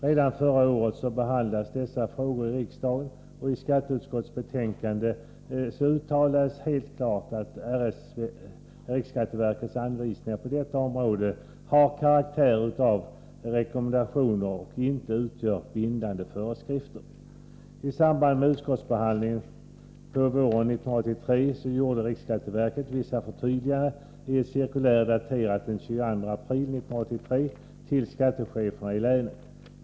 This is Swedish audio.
Redan förra året behandlades dessa frågor i riksdagen, och i skatteutskottets betänkande uttalades helt klart att riksskatteverkets anvisningar på detta område har karaktär av rekommendationer och inte utgör bindande föreskrifter. I samband med utskottsbehandlingen på våren 1983 gjorde riksskatteverket vissa förtydliganden i ett cirkulär daterat den 22 april 1983 till skattecheferna i länen.